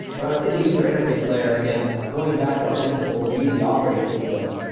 but i would say the user interface layer again, going back to our principles of use the operating system.